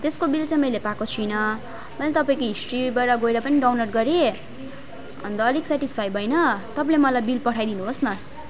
त्यसको बिल चाहिँ मैले पाएको छुइनँ मैले तपाईँको हिस्ट्रीबाट गएर पनि डाउन्लोड गरेँ अन्त अलिक सेटिसफाई भइनँ तपाईँले मलाई बिल पठाइदिनुहोस् न